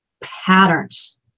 patterns